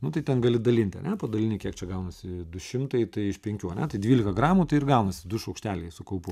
nu tai ten gali dalinti ane padalini kiek čia gaunasi du šimtai tai iš penkių ane tai dvylika gramų tai ir gaunasi du šaukšteliai su kaupu